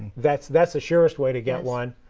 that's that's surest way to get one.